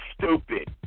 stupid